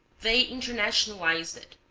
they internationalized it,